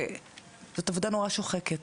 זאת עבודה נורא שוחקת,